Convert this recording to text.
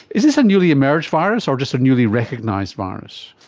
is this a newly emerged virus or just a newly recognised virus?